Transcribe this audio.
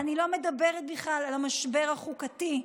אני לא מדברת בכלל על המשבר החוקתי,